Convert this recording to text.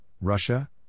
Russia